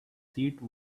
seat